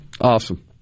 Awesome